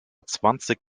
zwanzig